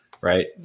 right